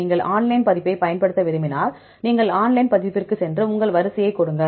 நீங்கள் ஆன்லைன் பதிப்பைப் பயன்படுத்த விரும்பினால் நீங்கள் ஆன்லைன் பதிப்பிற்குச் சென்று உங்கள் வரிசையைக் கொடுங்கள்